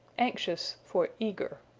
anxious for eager.